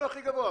לנו הכי גבוה.